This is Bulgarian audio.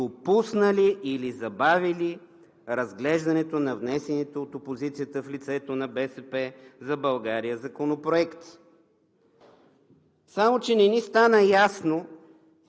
допуснали или забавили разглеждането на внесения от опозицията в лицето на „БСП за България“ законопроект. Само че не ни стана ясно